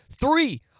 three